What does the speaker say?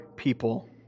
People